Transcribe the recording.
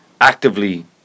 actively